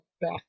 back